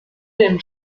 dem